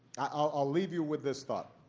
i'll leave you with this thought.